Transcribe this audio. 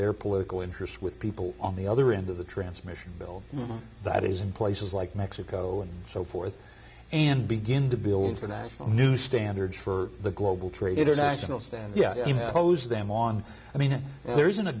their political interests with people on the other end of the transmission bill that is in places like mexico and so forth and begin to build international new standards for the global trade international stand yeah hose them on i mean there isn't a